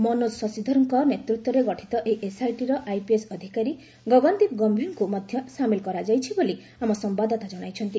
ମନୋଜ ଶଶିଧରଙ୍କ ନେତୃତ୍ୱରେ ଗଠିତ ଏହି ଏସ୍ଆଇଟିରେ ଆଇପିଏସ୍ ଅଧିକାରୀ ଗଗନ୍ଦୀପ୍ ଗମ୍ଭୀରଙ୍କ ମଧ୍ୟ ସାମିଲ୍ କରାଯାଇଛି ବୋଲି ଆମ ସମ୍ଭାଦଦାତା ଜଣାଇଛନ୍ତି